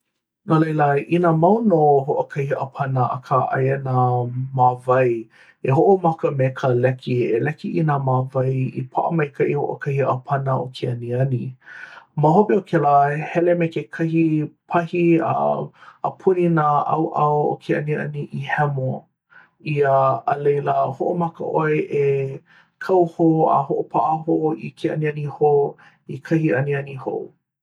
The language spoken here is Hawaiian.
no laila inā mau nō hoʻokahi ʻāpana akā aia nā māwae, e hoʻomaka me ka leki e leki i nā māwae i paʻa maikaʻi hoʻokahi ʻāpana o ke aniani ma hope o kēlā hele me kekahi pahi a puni nā ʻaoʻao o ke aniani i hemo ʻia a laila hoʻomaka ʻoe e kau hou a hoʻopaʻa hou i ke aniani hou i kahi aniani hou